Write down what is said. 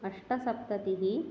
अष्टसप्ततिः